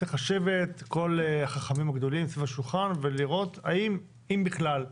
צריך לשבת כל החכמים הגדולים סביב השולחן ולראות אם בכלל,